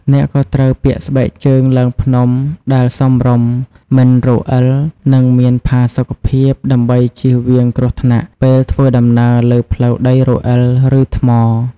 អ្នកក៏ត្រូវពាក់ស្បែកជើងឡើងភ្នំដែលសមរម្យ មិនរអិល និងមានផាសុកភាព ដើម្បីជៀសវាងគ្រោះថ្នាក់ពេលធ្វើដំណើរលើផ្លូវដីរអិល ឬថ្ម។